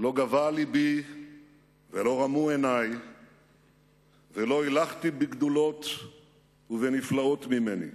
לא גבה לבי ולא רמו עיני ולא הילכתי בגדולות ובנפלאות ממני.